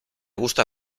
gusta